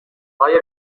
های